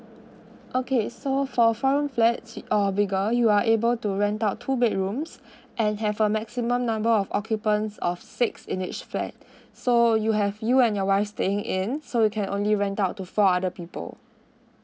okay so for four room flat or bigger you are able to rent out two bedrooms and have a maximum number of occupants of six in each flat so you have you and your wife staying in so you can only rent out to four other people